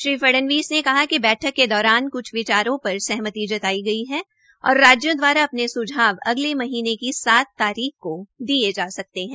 श्री फडणवीस ने कहा कि बैठक के दौरान क्छ विचारों पर सहमति जताई है और राज्यों द्वारा अपने सुझाव अगले महीनें की सात तारीख को दिए जा सकते है